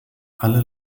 alle